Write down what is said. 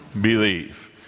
believe